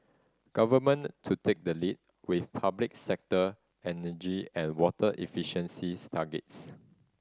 government to take the lead with public sector energy and water efficiencies targets